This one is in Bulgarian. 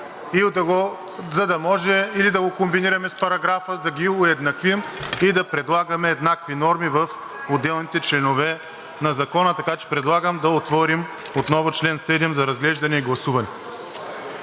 мен чл. 7 и да го комбинираме с параграфа, да ги уеднаквим и да предлагаме еднакви норми в отделните членове на Закона. Предлагам да отворим отново чл. 7 за разглеждане и гласуване.